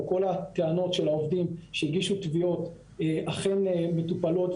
או כל הטענות של העובדים שהגישו תביעות אכן מטופלות,